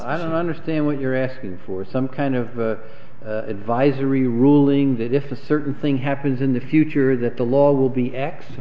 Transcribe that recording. i don't understand what you're asking for some kind of the advisory ruling that if a certain thing happens in the future that the law will be x